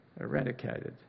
eradicated